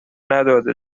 نداده